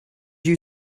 you